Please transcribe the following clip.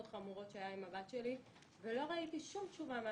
חמורות שהיו עם הבת שלי ולא ראיתי כל תשובה מהפיקוח.